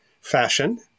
fashion